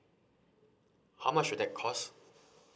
how much would that cost